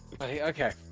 Okay